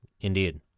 Indeed